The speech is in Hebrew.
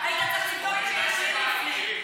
עשיתם את זה ארבעה ימים.